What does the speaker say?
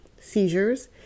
seizures